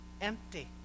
empty